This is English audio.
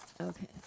okay